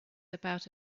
about